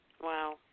Wow